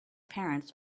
parents